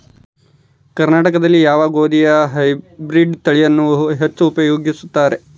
ಕರ್ನಾಟಕದಲ್ಲಿ ಯಾವ ಗೋಧಿಯ ಹೈಬ್ರಿಡ್ ತಳಿಯನ್ನು ಹೆಚ್ಚು ಉಪಯೋಗಿಸುತ್ತಾರೆ?